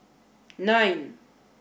nine